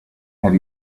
have